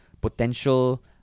potential